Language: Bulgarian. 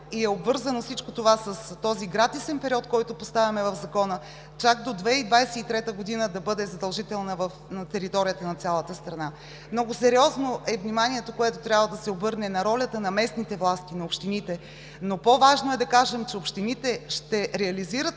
е обвързано и с този гратисен период, който поставяме в закона – чак до 2023 г., да бъде задължително на територията на цялата страна. Много сериозно е вниманието, което трябва да се обърне на ролята на местните власти, на общините, но по-важно е да кажем, че общините ще реализират